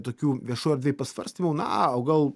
tokių viešoj erdvėj pasvarstymų na o gal